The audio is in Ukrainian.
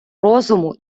розуму